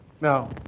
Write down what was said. Now